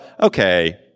okay